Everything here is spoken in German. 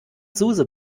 zuse